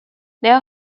their